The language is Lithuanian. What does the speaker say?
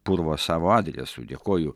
purvo savo adresu dėkoju